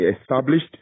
established